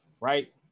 right